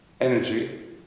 energy